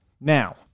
Now